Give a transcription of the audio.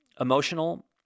emotional